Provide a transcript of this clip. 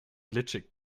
glitschig